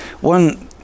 One